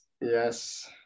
Yes